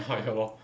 ya lor